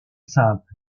simple